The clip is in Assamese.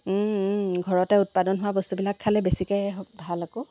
ঘৰতে উৎপাদন হোৱা বস্তুবিলাক খালে বেছিকৈ ভাল আকৌ